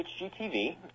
HGTV